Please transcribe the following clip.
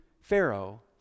Pharaoh